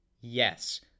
Yes